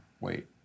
wait